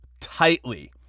tightly